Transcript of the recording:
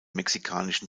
mexikanischen